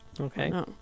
Okay